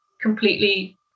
completely